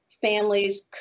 families